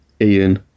Ian